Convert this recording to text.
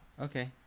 Okay